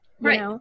right